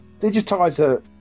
digitizer